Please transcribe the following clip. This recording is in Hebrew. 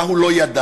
מה הוא לא ידע?